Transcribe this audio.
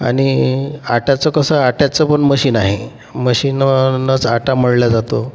आणि आट्याचं कसं आट्याचं पण मशीन आहे मशीनवरनंच आटा मळला जातो